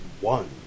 one